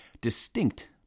distinct